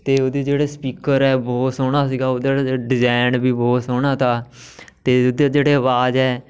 ਅਤੇ ਉਹਦੇ ਜਿਹੜੇ ਸਪੀਕਰ ਹੈ ਬਹੁਤ ਸੋਹਣਾ ਸੀਗਾ ਉਹਦੇ ਜਿਹੜੇ ਡਿਜ਼ਾਇਨ ਵੀ ਬਹੁਤ ਸੋਹਣਾ ਤਾ ਅਤੇ ਉਹਦੇ ਜਿਹੜੇ ਆਵਾਜ਼ ਹੈ